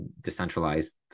decentralized